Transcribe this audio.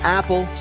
Apple